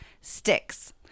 Sticks